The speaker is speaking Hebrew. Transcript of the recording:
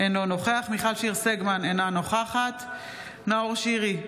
אינו נוכח מיכל שיר סגמן, אינה נוכחת נאור שירי,